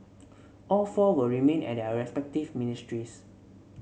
all four will remain at their respective ministries